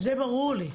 זה ברור לי.